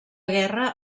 guerra